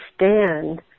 understand